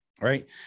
Right